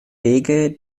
wege